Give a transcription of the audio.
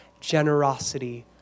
Generosity